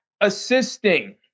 assisting